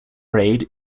parade